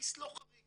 וקנאביס לא חריג.